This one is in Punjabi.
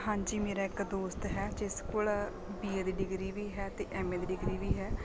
ਹਾਂਜੀ ਮੇਰਾ ਇੱਕ ਦੋਸਤ ਹੈ ਜਿਸ ਕੋਲ ਬੀ ਏ ਦੀ ਡਿਗਰੀ ਵੀ ਹੈ ਅਤੇ ਐਮ ਏ ਦੀ ਡਿਗਰੀ ਵੀ ਹੈ